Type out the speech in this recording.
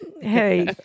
hey